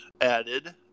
added